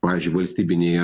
pavyzdžiui valstybinėje